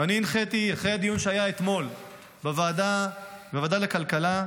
אחרי הדיון שהיה אתמול בוועדת הכלכלה,